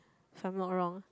if I'm not wrong